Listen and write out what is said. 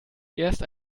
erst